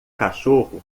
cachorro